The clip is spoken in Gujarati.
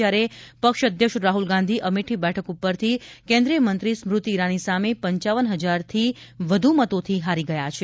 જ્યારે પક્ષ અધ્યક્ષ રાહુલ ગાંધી અમેઠી બેઠક ઉપરથી કેન્દ્રીય મંત્રી સ્મ્રતિ ઇરાની સામે પપ હજારથી વધુ મતોથી હારી ગયા છે